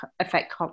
affect